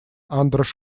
андраш